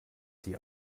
die